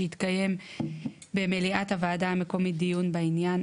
שיתקיים במליאת הועדה המקומית דיון בעניין,